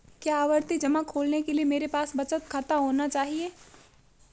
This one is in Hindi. क्या आवर्ती जमा खोलने के लिए मेरे पास बचत खाता होना चाहिए?